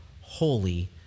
holy